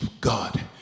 God